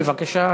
בבקשה,